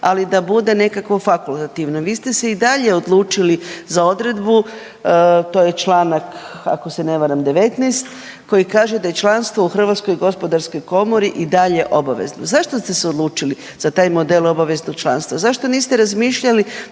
ali da bude nekako fakultativno. Vi ste se i dalje odlučili za odredbu to je članak ako se ne varam 19., koji kaže da je članstvo u HGK-u i dalje obavezno. Zašto ste se odlučili za taj model obaveznog članstva? Zašto niste razmišljali